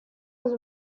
his